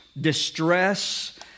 Distress